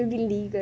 we will be legal